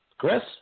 Chris